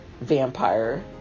vampire